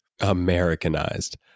Americanized